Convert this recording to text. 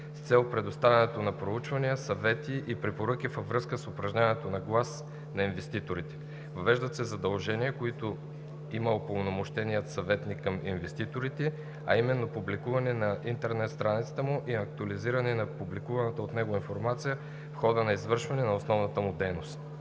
с цел предоставяне на проучвания, съвети и препоръки във връзка с упражняването на правото на глас на инвеститорите. Въвеждат се задължения, които има упълномощеният съветник към инвеститорите, а именно публикуване на интернет страницата му и актуализиране на публикуваната от него информация в хода на извършване на основната му дейност.